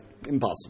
impossible